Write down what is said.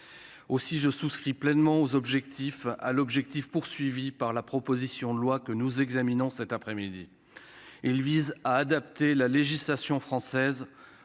aussi : je souscris pleinement aux objectifs à l'objectif poursuivi par la proposition de loi que nous examinons cet après-midi, il vise à adapter la législation française